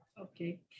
Okay